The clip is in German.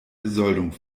besoldung